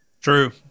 True